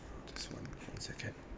just one one second